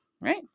Right